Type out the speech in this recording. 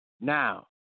Now